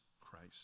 Christ